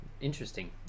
interesting